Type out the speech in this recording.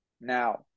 now